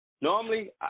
Normally